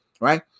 Right